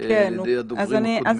על ידי הדוברים הקודמים.